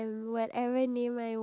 and the horse